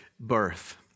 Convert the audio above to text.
Birth